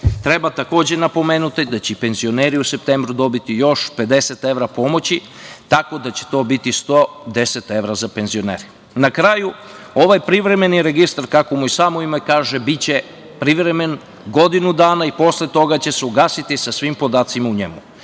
Treba takođe napomenuti da će penzioneri u septembru dobiti još 50 evra pomoći, tako da će to biti 110 evra za penzionere. Na kraju, ovaj privremeni registar, kako mu i samo ime kaže, biće privremen godinu dana i posle toga će se ugasiti sa svim podacima u njemu.